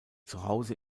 zuhause